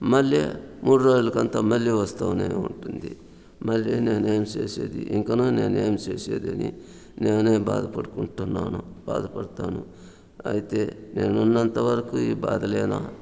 మళ్లీ మూడు రోజులకి అంతా మళ్లీ వస్తూనే ఉంటుంది మళ్ళీ నేను ఏమి చేసేది ఇంకనూ నేను ఏం సేసేదని నేనే బాధపడుకుంటున్నాను బాధపడుతాను అయితే నేను ఉన్నంతవరకు ఈ బాధలేనా